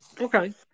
Okay